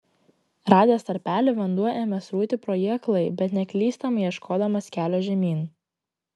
radęs tarpelį vanduo ėmė srūti pro jį aklai bet neklystamai ieškodamas kelio žemyn